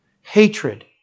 Hatred